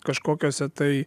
kažkokiose tai